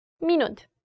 minut